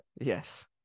yes